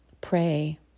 pray